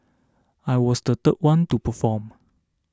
I was the third one to perform